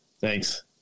thanks